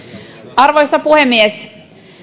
arvoisa puhemies